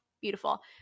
beautiful